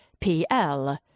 PL